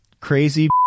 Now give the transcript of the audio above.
Crazy